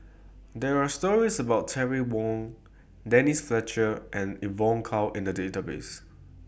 There Are stories about Terry Wong Denise Fletcher and Evon Kow in The Database